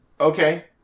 Okay